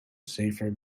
safer